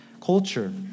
culture